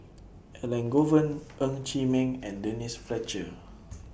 Elangovan Ng Chee Meng and Denise Fletcher